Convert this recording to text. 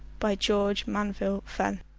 by george manville fenn